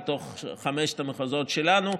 מתוך חמשת המחוזות שלנו,